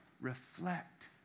Reflect